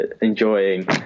enjoying